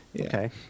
Okay